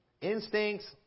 Instincts